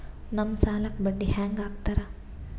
ನಮ್ ಸಾಲಕ್ ಬಡ್ಡಿ ಹ್ಯಾಂಗ ಹಾಕ್ತಾರ?